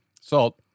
Salt